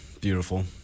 Beautiful